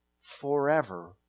forever